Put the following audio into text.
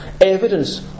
Evidence